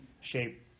shape